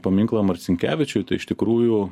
paminklą marcinkevičiui tai iš tikrųjų